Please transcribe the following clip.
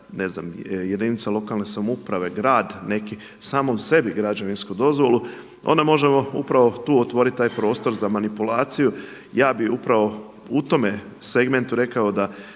ne znam jedinica lokalne samouprave, grad neki samom sebi građevinsku dozvolu, onda možemo upravo tu otvoriti taj prostor za manipulaciju. Ja bih upravo u tome segmentu rekao da